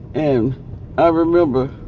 and i remember